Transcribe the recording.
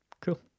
Cool